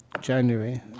January